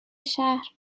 شهر